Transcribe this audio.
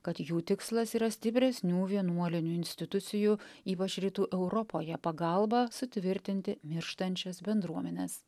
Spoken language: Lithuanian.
kad jų tikslas yra stipresnių vienuolinių institucijų ypač rytų europoje pagalba sutvirtinti mirštančias bendruomenes